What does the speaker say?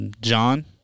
John